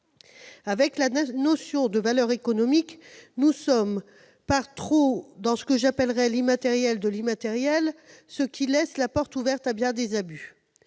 Avec la notion de valeur économique, nous sommes par trop dans ce que j'appellerais « l'immatériel de l'immatériel », ce qui laisse la porte ouverte à bien des abus.